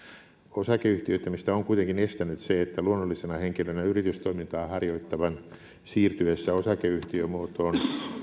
osakeyhtiöittämistä on kuitenkin estänyt se että luonnollisena henkilönä yritystoimintaa harjoittavan siirtyessä osakeyhtiömuotoon